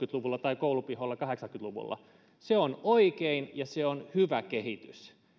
luvulla tai koulunpihoilla kahdeksankymmentä luvulla se on oikein ja se on hyvä kehitys